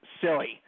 silly